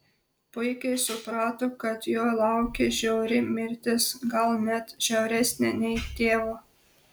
puikiai suprato kad jo laukia žiauri mirtis gal net žiauresnė nei tėvo